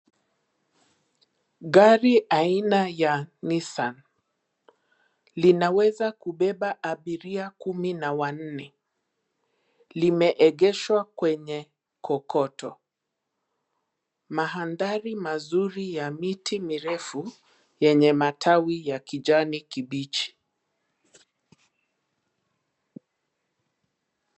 Gari aina ya "Nissan" linaweza kubeba abiria kumi na wanne. Limeegeshwa kwenye kokoto. Mandhari mazuri ya miti mirefu yenye matawi ya kijani kibichi.